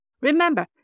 Remember